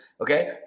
okay